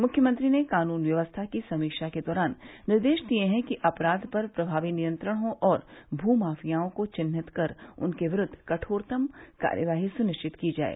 मुख्यमंत्री ने कानून व्यवस्था की समीक्षा के दौरान निर्देश दिये कि अपराध पर प्रभावी नियंत्रण हो और भू माफियाओं को चिन्हित कर उनके विरूद्व कठोरतम कार्यवाही सुनिश्चित की जाये